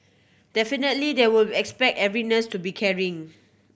definitely they will expect every nurse to be caring